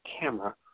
camera